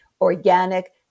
organic